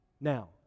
Now